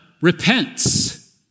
repents